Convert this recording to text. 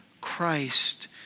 Christ